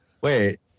wait